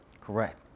Correct